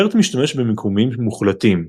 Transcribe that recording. BERT משתמש במיקומים מוחלטים,